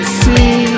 see